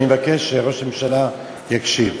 אני מבקש שראש הממשלה יקשיב.